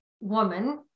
woman